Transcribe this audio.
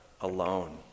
alone